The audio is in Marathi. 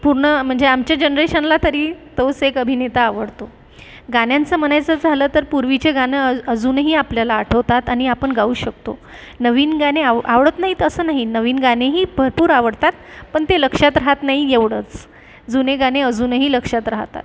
पूर्ण म्हणजे आमच्या जनरेशनला तरी तोच एक अभिनेता आवडतो गाण्यांचं म्हणायचं झालं तर पूर्वीचे गाणं अ अजूनही आपल्याला आठवतात आणि आपण गाऊ शकतो नवीन गाणी आव आवडत नाहीत असं नाही नवीन गाणीही भरपूर आवडतात पण ते लक्षात राहत नाही एवढंच जुने गाणे अजूनही लक्षात राहतात